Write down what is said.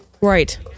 Right